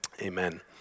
Amen